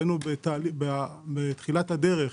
ראינו בתחילת הדרך